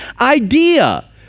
idea